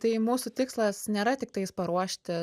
tai mūsų tikslas nėra tiktai jis paruošti